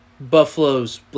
Buffalo's